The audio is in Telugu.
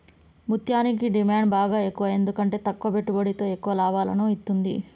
ముత్యనికి డిమాండ్ బాగ ఎక్కువ ఎందుకంటే తక్కువ పెట్టుబడితో ఎక్కువ లాభాలను ఇత్తుంది